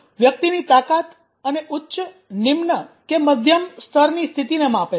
વ્યક્તિની તાકાત અને ઉચ્ચ નિમ્ન કે મધ્યમ સ્તરની સ્થિતિને માપે છે